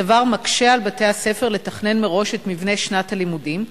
הדבר מקשה על בתי-הספר לתכנן מראש את שנת הלימודים,